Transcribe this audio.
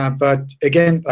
um but again,